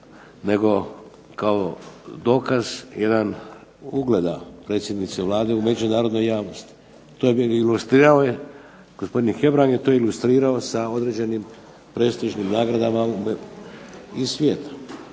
nego kao dokaz ugleda predsjednice Vlade u međunarodnoj javnosti. Gospodin Hebrang je to ilustrirao sa određenim prestižnim nagradama iz svijeta.